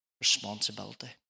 responsibility